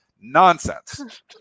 Nonsense